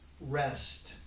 Rest